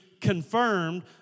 confirmed